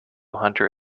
hunter